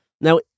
Now